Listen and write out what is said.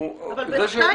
אבל ב-2 זה כתוב.